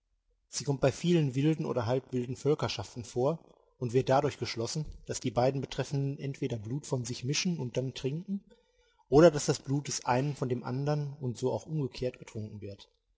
sie kommt bei vielen wilden oder halbwilden völkerschaften vor und wird dadurch geschlossen daß die beiden betreffenden entweder blut von sich mischen und dann trinken oder daß das blut des einen von dem andern und so auch umgekehrt getrunken wird